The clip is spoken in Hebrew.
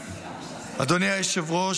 אדוני היושב-ראש,